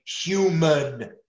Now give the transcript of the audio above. human